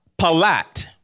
palat